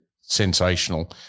sensational